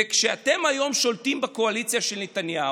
וכשאתם היום שולטים בקואליציה של נתניהו,